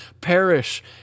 perish